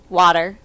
water